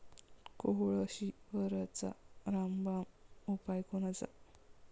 कोळशीवरचा रामबान उपाव कोनचा?